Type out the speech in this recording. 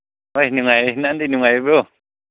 ꯍꯣꯏ ꯅꯨꯡꯉꯥꯏꯌꯦ ꯅꯪꯗꯤ ꯅꯨꯡꯉꯥꯏꯔꯤꯕ꯭ꯔꯣ